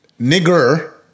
nigger